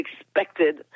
expected